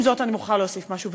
עם זאת אני מוכרחה להוסיף משהו,